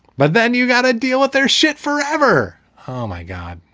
but then you got to deal with their shit forever. oh, my god.